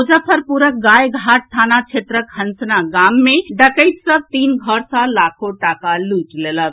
मुजफ्फरपुरक गायघाट थाना क्षेत्रक हंसना गाम मे डकैत सभ तीन घर सँ लाखों टाका लूटि लेलक